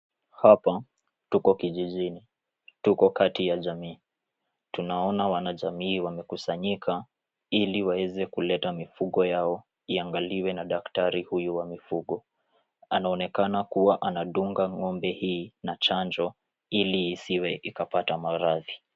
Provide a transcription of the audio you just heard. Hapa tuko kijijini tuko kati ya jamii tunaona wanajamii wamekusanyika ili waeze kuleta mifugo yao iangaliwe na daktari huyu wa mifugo anaonekana kuwa anadunga ngombe hii na chanjo ili isiwe ikapata maradhi.